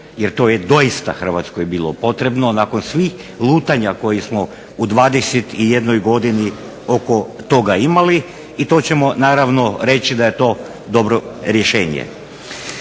jer to je doista Hrvatskoj bilo potrebno nakon svih lutanja koje smo u 21 godini oko toga imali i to ćemo naravno reći da je to dobro rješenje.